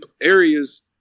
areas